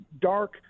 dark